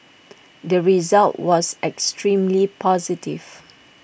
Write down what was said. the result was extremely positive